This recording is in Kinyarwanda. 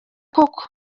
koko